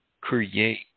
create